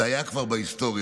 זה היה כבר בהיסטוריה,